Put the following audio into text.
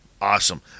Awesome